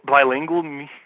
bilingual